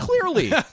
clearly